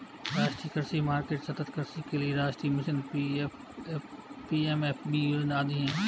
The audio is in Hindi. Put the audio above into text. राष्ट्रीय कृषि मार्केट, सतत् कृषि के लिए राष्ट्रीय मिशन, पी.एम.एफ.बी योजना आदि है